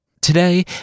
Today